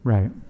Right